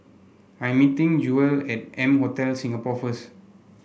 I meeting Jewell at M Hotel Singapore first